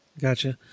Gotcha